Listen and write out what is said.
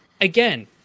again